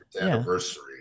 anniversary